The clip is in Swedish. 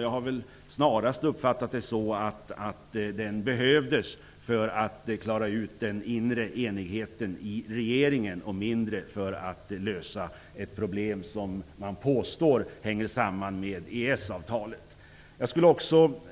Jag har uppfattat det som att den mer behövdes för att man skulle klara av enigheten i regeringen och mindre för att lösa ett problem som man påstår hänger samman med EES-avtalet.